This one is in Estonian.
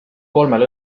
kolmel